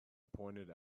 pointed